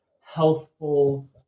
healthful